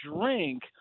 drink